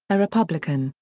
a republican,